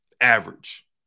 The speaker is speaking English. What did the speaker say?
average